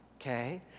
okay